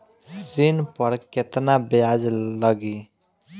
ऋण पर केतना ब्याज लगी?